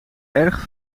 erg